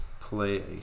play